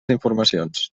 informacions